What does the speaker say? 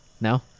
No